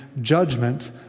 judgment